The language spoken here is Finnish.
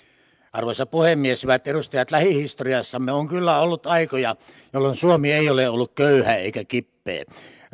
arvoisa puhemies hyvät edustajat lähihistoriassamme on kyllä ollut aikoja jolloin suomi ei ole ollut köyhä eikä kippee